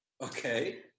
Okay